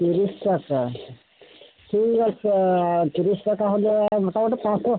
তিরিশ টাকা ঠিক আছে তিরিশ টাকা হলে মোটামুটি পাঁচশো